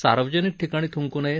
सार्वजनिक ठिकाणी थंकु नये